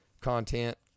content